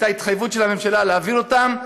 הייתה התחייבות של הממשלה להעביר אותם,